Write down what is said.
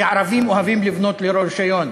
כי ערבים אוהבים לבנות ללא רישיון,